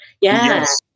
Yes